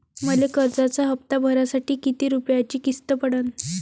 मले कर्जाचा हप्ता भरासाठी किती रूपयाची किस्त पडन?